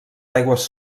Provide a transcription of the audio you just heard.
aigües